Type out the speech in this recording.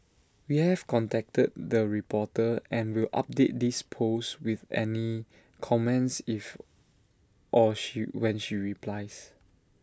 we have contacted the reporter and will update this post with any comments if or she when she replies